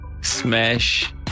Smash